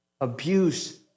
abuse